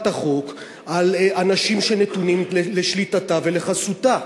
החוק על אנשים שנתונים לשליטתה ולחסותה?